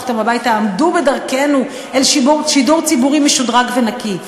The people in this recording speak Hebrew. אותם הביתה עמדו בדרכנו אל שידור ציבורי משודרג ונקי.